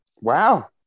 Wow